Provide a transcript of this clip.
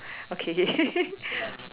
okay